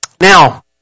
Now